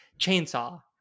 Chainsaw